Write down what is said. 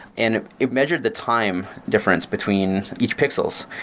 and it measured the time difference between each pixels.